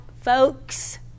folks